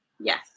Yes